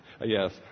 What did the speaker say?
Yes